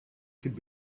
could